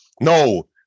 No